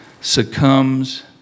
Succumbs